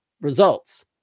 results